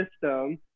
system